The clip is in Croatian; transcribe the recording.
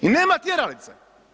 I nema tjeralice.